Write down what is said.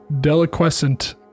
deliquescent